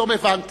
פתאום הבנתי,